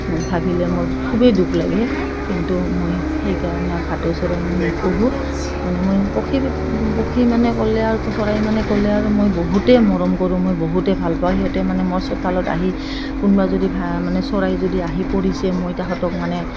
মই ভাবিলে মোৰ খুবেই দুখ লাগে কিন্তু মই সেইকাৰণে আৰু ভাটৌ চৰাই মই নুপুহোঁ মানে মই পখী পখী মানে ক'লে আৰু চৰাই মানে ক'লে আৰু মই বহুতেই মৰম কৰোঁ মই বহুতে ভাল পাওঁ সিহঁতে মানে মোৰ চোতালত আহি কোনোবা যদি ভা মানে চৰাই যদি আহি পৰিছে মই তাহাঁতক মানে